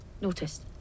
noticed